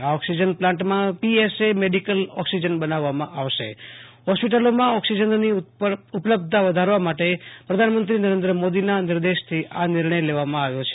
આ ઓક્સિજન પ્લાન્ટમાં PSA medical oxygen બનાવવામાં આવશે હોસ્પિટલોમાં ઓક્સિજનની ઉપલબ્ધતા વધારવા માટે પ્રધાનમંત્રી નરેન્દ્ર મોદીના નિર્દેશથી આ નિર્ણય લેવામાં આવ્યો છે